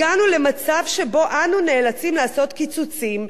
הגענו למצב שבו אנו נאלצים לעשות קיצוצים,